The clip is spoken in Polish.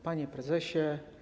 Panie Prezesie!